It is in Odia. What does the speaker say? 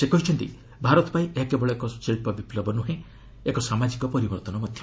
ସେ କହିଛନ୍ତି ଭାରତ ପାଇଁ ଏହା କେବଳ ଏକ ଶିଳ୍ପ ବିପ୍ଳବ ନୁହେଁ ଏକ ସାମାଜିକ ପରିବର୍ତ୍ତନ ମଧ୍ୟ